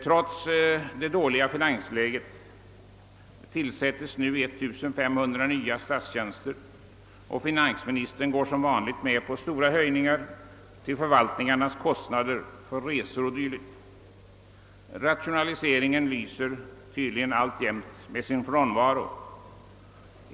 Trots det dåliga finansläget tillsättes nu 1500 nya statstjänster, och finansministern går som vanligt med på stora höjningar till förvaltningarnas kostnader för resor o.d. Rationaliseringen lyser tydligen alltjämt med sin frånvaro.